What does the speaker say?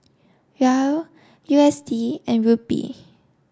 Riel U S D and Rupee